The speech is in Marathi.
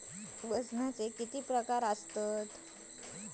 वजनाचे किती प्रकार आसत?